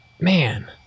man